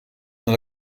dans